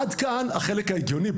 עד כאן החלק ההגיוני,